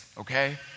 Okay